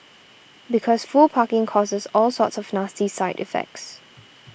because full parking causes all sorts of nasty side effects